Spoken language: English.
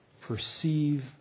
Perceive